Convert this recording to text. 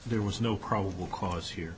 there was no probable cause here